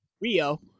Rio